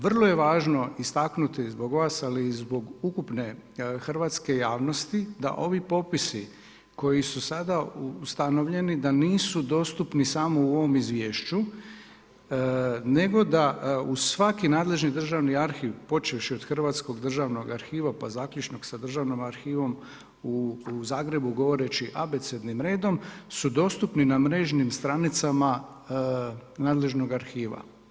Vrlo je važno istaknuti zbog vas, ali i zbog ukupne hrvatske javnosti da ovim popisi koji su sada ustanovljeni, da nisu dostupni samo u ovom izvješću, nego da u svaki nadležni državni arhiv počevši od Hrvatskog državnog arhiva, pa zaključno sa državnom arhivom u Zagrebu, govoreći abecednim redom su dostupni na mrežnim stranicama nadležnog arhiva.